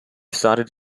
started